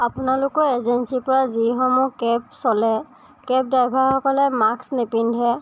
আপোনালোকৰ এজেন্সীৰ পৰা যিসমূহ কেব চলে কেব ড্ৰাইভাৰসকলে মাস্ক নিপিন্ধে